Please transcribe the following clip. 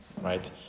right